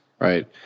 right